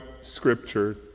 scripture